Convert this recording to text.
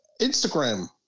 Instagram